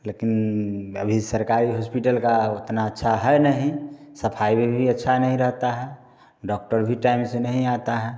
लेकिन अभी सरकारी हॉस्पिटल का उतना अच्छा है नहीं सफाई में भी अच्छा नहीं रहता है डॉक्टर भी टाइम से नहीं आता है